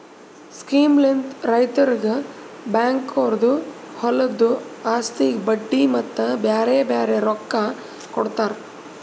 ಸ್ಕೀಮ್ಲಿಂತ್ ರೈತುರಿಗ್ ಬ್ಯಾಂಕ್ದೊರು ಹೊಲದು ಆಸ್ತಿಗ್ ಬಡ್ಡಿ ಮತ್ತ ಬ್ಯಾರೆ ಬ್ಯಾರೆ ರೊಕ್ಕಾ ಕೊಡ್ತಾರ್